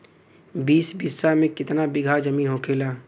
बीस बिस्सा में कितना बिघा जमीन होखेला?